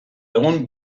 egun